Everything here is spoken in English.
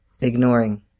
ignoring